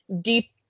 deep